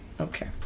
okay